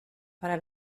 para